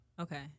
Okay